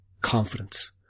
confidence